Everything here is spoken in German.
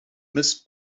mist